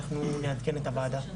אנחנו נעדכן את הוועדה.